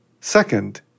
Second